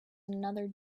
another